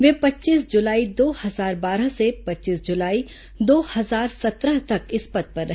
वे पच्चीस जुलाई दो हजार बारह से पच्चीस जुलाई दो हजार सत्रह तक इस पद पर रहे